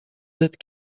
that